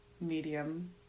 medium